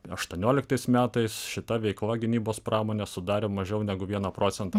aštuonioliktais metais šita veikla gynybos pramonės sudarė mažiau negu vieną procentą